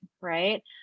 right